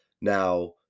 Now